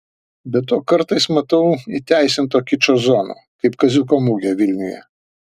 be to kartais matau įteisinto kičo zonų kaip kaziuko mugė vilniuje